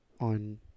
on